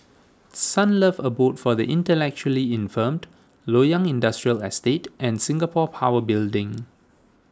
Sunlove Abode for the Intellectually Infirmed Loyang Industrial Estate and Singapore Power Building